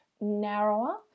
narrower